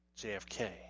JFK